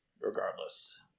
Regardless